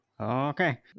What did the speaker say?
Okay